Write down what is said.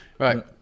Right